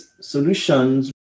Solutions